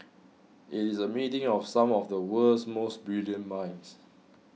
it is a meeting of some of the world's most brilliant minds